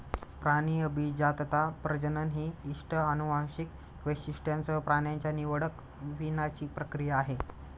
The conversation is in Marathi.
प्राणी अभिजातता, प्रजनन ही इष्ट अनुवांशिक वैशिष्ट्यांसह प्राण्यांच्या निवडक वीणाची प्रक्रिया आहे